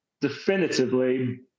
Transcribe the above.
definitively